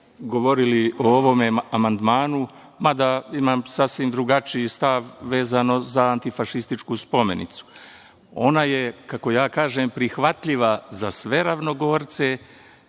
govorili o ovom amandmanu, mada imam sasvim drugačiji stav, vezano za Antifašističku spomenicu. Ona je, kako ja kažem, prihvatljiva za sve Ravnogorce,